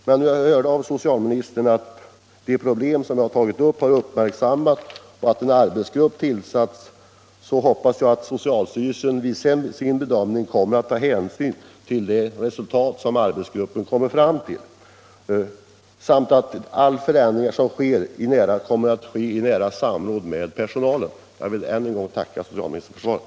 Men när jag nu hörde av socialministern att de problem som jag tagit upp har uppmärksammats och att en arbetsgrupp är tillsatt, hoppas jag att socialstyrelsen i sin bedömning tar hänsyn till de resultat som arbetsgruppen kommer fram till samt att all förändring kommer att ske i nära samråd med den berörda personalen. Jag vill än en gång tacka för svaret.